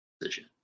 decision